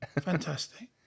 Fantastic